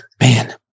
Man